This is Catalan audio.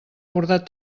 bordat